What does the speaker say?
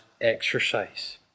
exercise